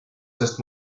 sest